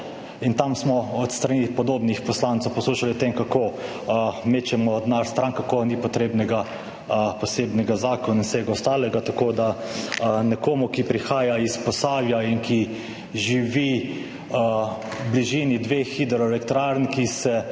in tam smo s strani podobnih poslancev poslušali o tem, kako mečemo stran denar, kako ni potreben poseben zakon in vse ostalo. Nekomu, ki prihaja iz Posavja in ki živi v bližini dveh hidroelektrarn, ki se